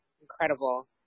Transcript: Incredible